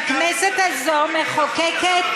שהכנסת הזאת מחוקקת: